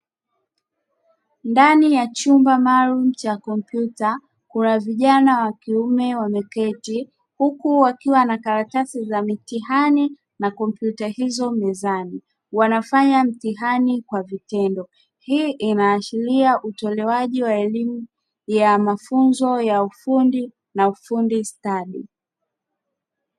Ndani ya chumba maalumu cha kompyuta, kuna vijana wa kiume wameketi huku wakiwa na karatasi za mitihani na kompyuta hizo mezani, wanafanya mtihani kwa vitendo. Hii inaashiria utolewaji wa elimu ya mafunzo ya ufundi na ufundi stadi.